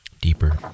deeper